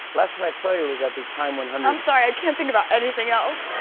last time i saw you was at the time one hundred i'm sorry. i can't think about anything else.